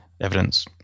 evidence